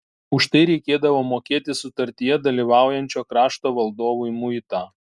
už tai reikėdavo mokėti sutartyje dalyvaujančio krašto valdovui muitą